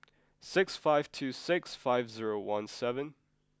six five two six five zero one seven